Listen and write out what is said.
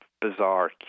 bizarre